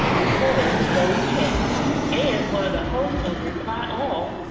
reporter zoe chace and one of the hosts of reply all,